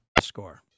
Score